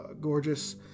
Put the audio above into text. gorgeous